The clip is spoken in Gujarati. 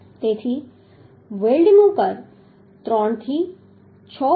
તેથી વેલ્ડનું કદ 3 થી 6